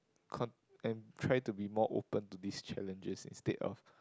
con and try to be more open to these challenges instead of